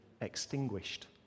extinguished